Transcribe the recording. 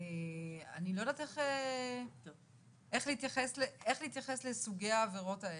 אני לא יודעת איך להתייחס לסוגי העבירות האלה.